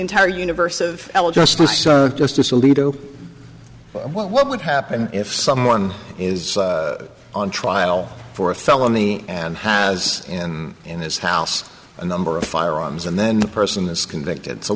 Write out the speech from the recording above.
entire universe of justice alito what would happen if someone is on trial for a felony and has in this house a number of firearms and then the person is convicted so